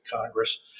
Congress